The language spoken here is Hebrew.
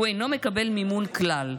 הוא אינו מקבל מימון כלל.